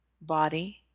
body